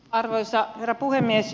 arvoisa herra puhemies